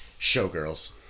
Showgirls